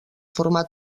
formar